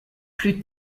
plus